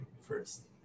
first